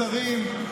השרים,